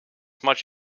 much